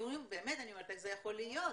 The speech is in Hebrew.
באמת אני אומרת איך זה יכול להיות,